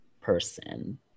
person